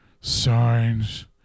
signs